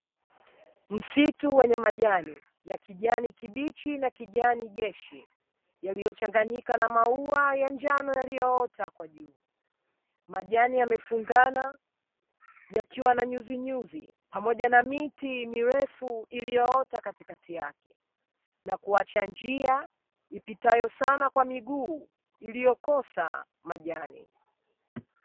Msitu wenye majani ya kijani kibichi na kijanijeshi, yaliyochanganyika na maua ya njano yaliyoota hapo juu. Majani yamefungana yakiwa na nyuzinyuzi pamoja na miti mirefu iliyoota katikati yake na kuacha njia ipitayo sana kwa miguu iliyokosa majani.